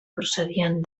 procedien